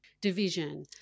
division